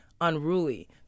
unruly